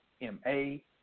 M-A